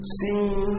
seen